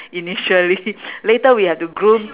initially later we have to groom